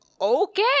Okay